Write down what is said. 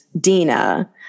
Dina